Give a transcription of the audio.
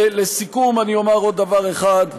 לסיכום אני אומר עוד דבר אחד,